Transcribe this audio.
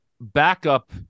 backup